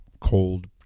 Cold